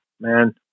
man